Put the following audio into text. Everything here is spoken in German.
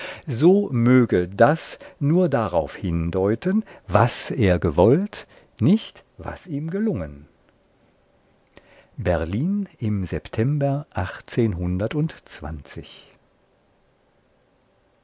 so möge das nur darauf hindeuten was er gewollt nicht was ihm gelungen berlin im september